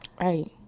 Right